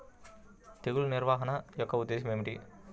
తెగులు నిర్వహణ యొక్క ఉద్దేశం ఏమిటి?